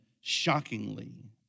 shockingly